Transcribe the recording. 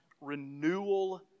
renewal